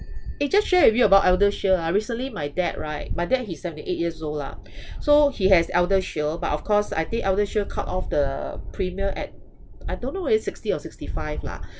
eh just share with you about eldershield ah recently my dad right my dad he's seventy eight years old lah so he has eldershield but of course I think eldershield cut off the premium at I don't know whether sixty or sixty five lah